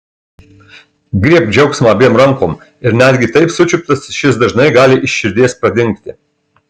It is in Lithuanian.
griebk džiaugsmą abiem rankom ir netgi taip sučiuptas šis dažnai gali iš širdies pradingti